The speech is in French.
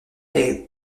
est